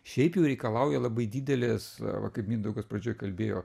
šiaip jau reikalauja labai didelės va kaip mindaugas pradžioje kalbėjo